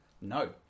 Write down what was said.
No